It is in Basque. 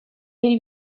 hiri